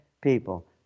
People